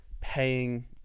paying